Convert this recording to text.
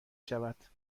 شود